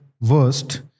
worst